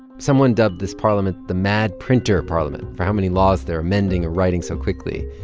someone dubbed this parliament the mad printer parliament for how many laws they're amending or writing so quickly.